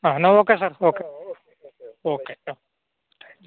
ആ എന്നാൽ okay sir okay okay ആ